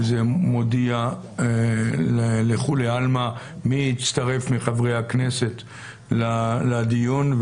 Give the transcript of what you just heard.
וזה מודיע לכולי עלמא מי מחברי הכנסת הצטרף לדיון.